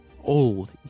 old